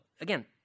Again